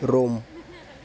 Rome